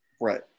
Right